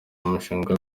umushinga